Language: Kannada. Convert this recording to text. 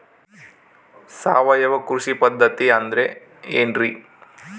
ಸಾವಯವ ಕೃಷಿ ಪದ್ಧತಿ ಅಂದ್ರೆ ಏನ್ರಿ?